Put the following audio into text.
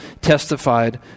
testified